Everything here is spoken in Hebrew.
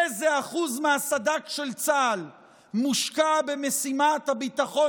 איזה אחוז מהסד"כ של צה"ל מושקע במשימת הביטחון